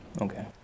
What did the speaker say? Okay